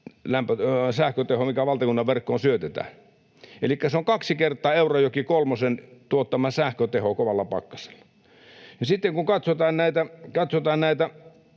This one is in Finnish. sähköteho, mikä valtakunnanverkkoon syötetään, on yli 3 000 megaa. Elikkä se on kaksi kertaa Eurajoki kolmosen tuottama sähköteho kovalla pakkasella. Sitten kun katsotaan näitä